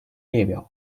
列表